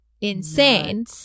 insane